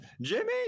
Jimmy